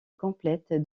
complète